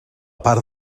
part